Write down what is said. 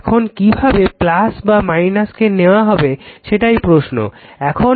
এখন কিভাবে বা - কে নেওয়া যাবে সেটাই প্রশ্ন